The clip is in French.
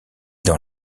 dans